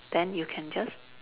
then you can just